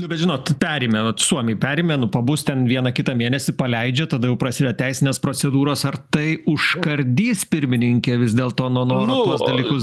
nu bet žinot perėmė va suomiai perėmė nu pabus ten vieną kitą mėnesį paleidžia tada jau prasideda teisinės procedūros ar tai užkardys pirmininke vis dėlto nuo noro tuos dalykus